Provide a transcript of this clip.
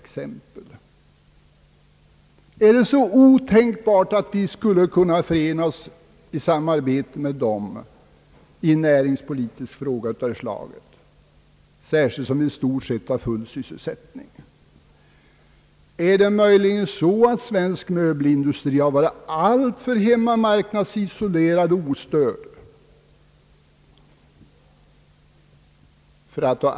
Är det alldeles otänkbart att vi skulle kunna förena oss i samarbete med polackerna i en näringspolitisk fråga av detta slag, särskilt som vi i stort sett har full sysselsättning? Har möjligen svensk möbelindustri varit alltför hemmamarknadsisolerad och ostörd?